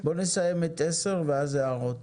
בואו נסיים את 10 ואז הערות.